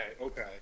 okay